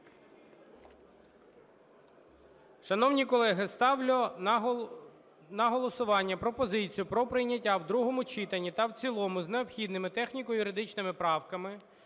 Шановні колеги, ставлю на голосування пропозицію про прийняття в другому читанні та в цілому з необхідними техніко-юридичними правками